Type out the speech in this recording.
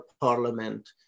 parliament